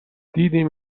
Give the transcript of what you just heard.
دیدیم